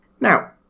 Now